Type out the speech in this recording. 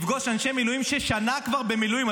לפגוש אנשי מילואים שכבר שנה במילואים.